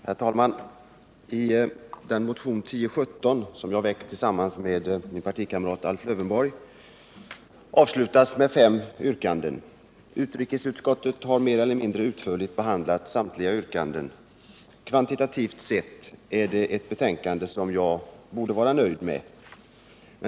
Herr talman! Den motion nr 1017 som jag väckt tillsammans med min partikamrat Alf Lövenborg avslutas med fem yrkanden. Utrikesutskottet har mer eller mindre utförligt behandlat samtliga yrkanden. Kvantitativt sett är det ett betänkande som jag borde vara nöjd med.